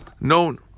known